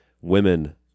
Women